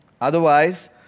Otherwise